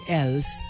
else